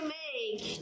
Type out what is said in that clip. make